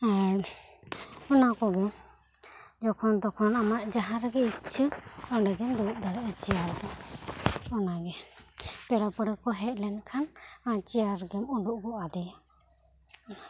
ᱟᱨ ᱚᱱᱟ ᱠᱚᱜᱮ ᱡᱚᱠᱷᱚᱱ ᱛᱚᱠᱷᱚᱱ ᱟᱢᱟᱜ ᱡᱟᱦᱟᱸ ᱨᱮᱜᱮ ᱤᱪᱪᱷᱟᱹ ᱚᱸᱰᱮ ᱜᱮᱢ ᱫᱩᱲᱩᱵ ᱫᱟᱲᱮᱭᱟᱜᱼᱟ ᱪᱮᱭᱟᱨ ᱨᱮ ᱚᱱᱟ ᱜᱮ ᱯᱮᱲᱟ ᱯᱟᱹᱲᱦᱟᱹ ᱠᱚ ᱦᱮᱡ ᱞᱮᱱᱠᱷᱟᱱ ᱪᱮᱭᱟᱨ ᱜᱮᱢ ᱚᱰᱚᱜ ᱜᱚᱫ ᱟᱫᱮᱭᱟ